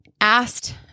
asked